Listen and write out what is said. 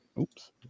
Oops